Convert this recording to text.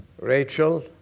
Rachel